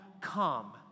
come